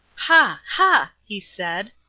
ha! ha! he said,